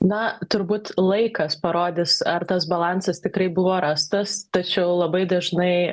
na turbūt laikas parodys ar tas balansas tikrai buvo rastas tačiau labai dažnai